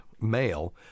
male